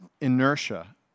inertia